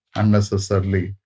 unnecessarily